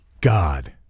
God